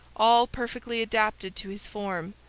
all perfectly adapted to his form,